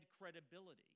credibility